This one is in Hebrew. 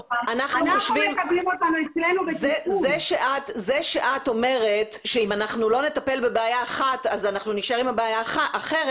זה שאת אומרת שאם אנחנו לא נטפל בבעיה אחת אז אנחנו נשאר עם בעיה אחרת,